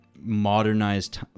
modernized